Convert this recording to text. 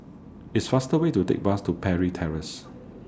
It's faster Way to Take Bus to Parry Terrace